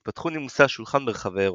התפתחו נימוסי השולחן ברחבי אירופה.